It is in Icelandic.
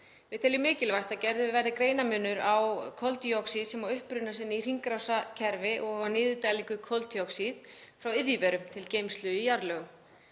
Við teljum mikilvægt að gerður verði greinarmunur á koldíoxíði sem á uppruna sinn í hringrásarkerfi og niðurdælingu koldíoxíðs frá iðjuverum til geymslu í jarðlögum.